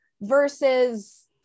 versus